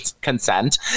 consent